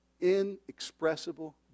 inexpressible